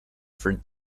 for